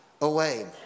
away